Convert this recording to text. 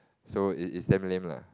so it's it's damn lame lah